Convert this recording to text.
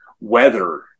weather